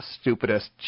stupidest